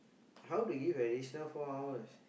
how to give additional four hours